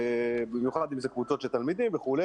במיוחד אם זה קבוצות של תלמידים וכו',